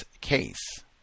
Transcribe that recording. case